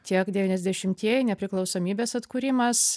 tiek devyniasdešimtieji nepriklausomybės atkūrimas